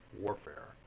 warfare